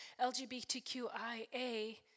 LGBTQIA